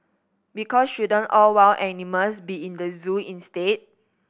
because shouldn't all wild animals be in the zoo instead